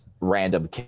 random